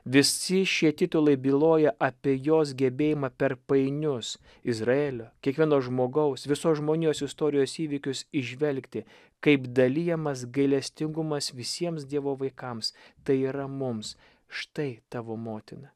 visi šie titulai byloja apie jos gebėjimą per painius izraelio kiekvieno žmogaus visos žmonijos istorijos įvykius įžvelgti kaip dalijamas gailestingumas visiems dievo vaikams tai yra mums štai tavo motina